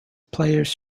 players